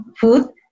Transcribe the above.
food